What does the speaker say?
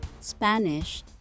Spanish